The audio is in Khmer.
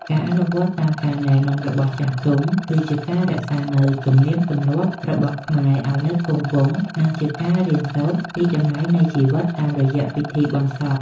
ការអនុវត្តតាមការណែនាំរបស់ចាស់ទុំ គឺជាការរក្សានូវទំនៀមទម្លាប់របស់ខ្មែរឱ្យនៅគង់វង្ស និងជាការរៀនសូត្រពីតម្លៃនៃជីវិតតាមរយៈពិធីបុណ្យសព។